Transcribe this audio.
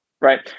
right